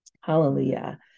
Hallelujah